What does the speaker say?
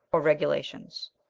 or regulations.